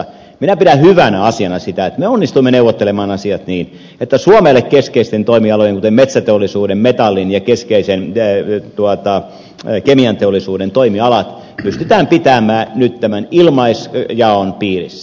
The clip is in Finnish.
minä pidän hyvänä asiana sitä että me onnistuimme neuvottelemaan asiat niin että suomelle keskeiset toimialat kuten metsäteollisuuden metallin ja keskeisen kemianteollisuuden toimialat pystytään pitämään nyt tämän ilmaisjaon piirissä